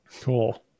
cool